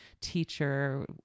teacher